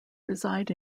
reside